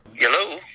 Hello